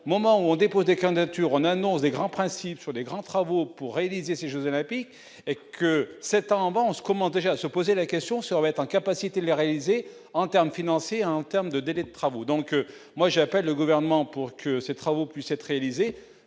moment au dépôt des candidatures, on annonce des grands principes, sur les grands travaux pour réaliser ces Jeux olympiques, et que cette ambiance comment déjà à se poser la question serait en capacité de les réaliser en termes financiers, en termes de délais de travaux, donc moi j'appelle le gouvernement pour que ces travaux puissent être réalisés